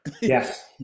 Yes